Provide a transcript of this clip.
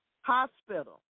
Hospital